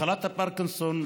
מחלת הפרקינסון,